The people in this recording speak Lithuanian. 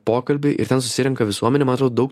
pokalbį ir ten susirenka visuomenė ma atrodo daug